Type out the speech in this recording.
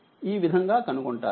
ఈ విధంగా కనుగొంటారు